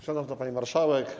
Szanowna Pani Marszałek!